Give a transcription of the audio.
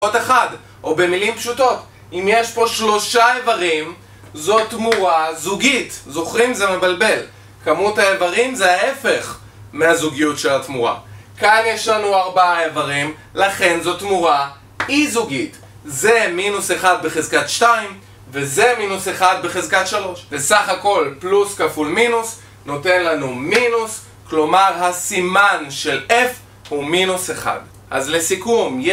עוד אחד. או במילים פשוטות, אם יש פה שלושה איברים, זו תמורה זוגית. זוכרים? זה מבלבל. כמות האיברים זה ההפך מהזוגיות של התמורה. כאן יש לנו 4 איברים, לכן זו תמורה אי זוגית! זה מינוס 1 בחזקת 2 וזה מינוס 1 בחזקת 3, וסך הכל פלוס כפול מינוס נותן לנו מינוס כלומר הסימן של f הוא מינוס 1. אז לסיכום י...